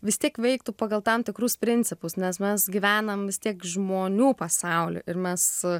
vis tiek veiktų pagal tam tikrus principus nes mes gyvenam vis tiek žmonių pasauly ir mes